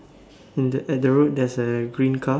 in the at the road there's a green car